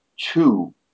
two